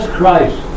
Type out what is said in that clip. Christ